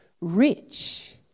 rich